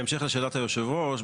בהמשך לשאלת היושב-ראש,